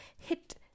hit